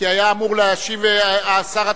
כי היה אמור להשיב שר התקשורת.